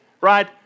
right